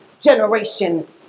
generation